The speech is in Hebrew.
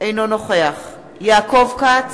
אינו נוכח יעקב כץ,